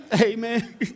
Amen